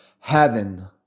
heaven